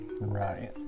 Right